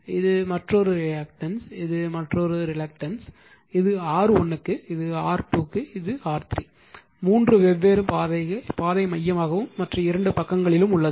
இது மற்றொரு ரியாக்டன்ஸ் இது மற்றொரு ரிலக்டன்ஸ் இது R1 க்கு இது R2 மற்றும் இது R3 3 வெவ்வேறு பாதை மையமாகவும் மற்ற இரண்டு பக்கங்களிலும் உள்ளது